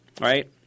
right